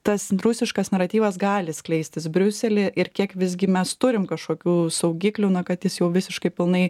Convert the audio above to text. tas rusiškas naratyvas gali skleistis briusely ir kiek visgi mes turim kažkokių saugiklių na kad jis jau visiškai pilnai